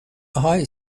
آهای